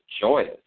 joyous